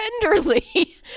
tenderly